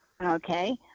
Okay